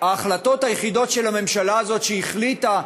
ההחלטות היחידות של הממשלה הזאת שהיא החליטה,